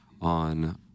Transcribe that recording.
on